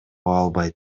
албайт